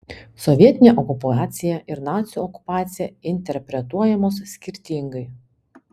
sovietinė okupacija ir nacių okupacija interpretuojamos skirtingai